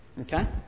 Okay